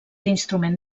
instrument